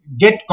get